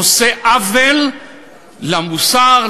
עושה עוול למוסר,